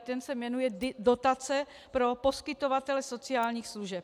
Ten se jmenuje dotace pro poskytovatele sociálních služeb.